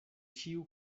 ĉiu